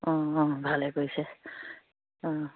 অঁ অঁ ভালে কৈছে অঁ